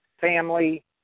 family